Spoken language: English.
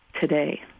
Today